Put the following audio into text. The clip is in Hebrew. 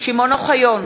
שמעון אוחיון,